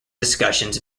discussions